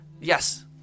yes